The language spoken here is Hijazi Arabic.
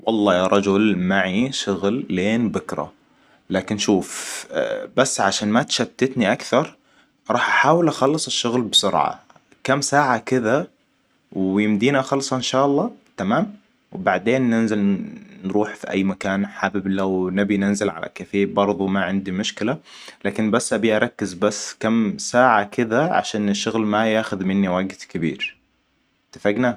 والله يا رجل معي شغل لين بكرة. لكن شوف بس عشان ما تشتتني اكثر. راح احاول اخلص الشغل بسرعة. كم ساعة كذا ويمديني اخلصه ان شاء الله. تمام. وبعدين ننزل نروح في أي مكان حابب لو نبي ننزل على الكافيه برضو ما عندي مشكلة. ل كن بس أبي أركز بس كم ساعة كده عشان الشغل ما ياخذ مني وقت كبير. اتفقنا